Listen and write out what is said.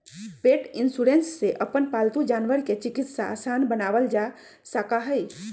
पेट insurance से अपन पालतू जानवर के चिकित्सा आसान बनावल जा सका हई